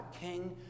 King